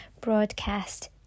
broadcast